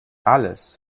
alles